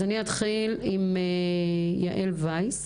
נתחיל עם יעל וייס,